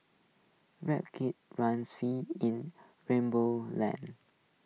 Rip Kitty run free in rainbow land